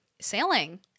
sailing